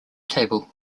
table